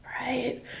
right